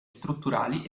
strutturali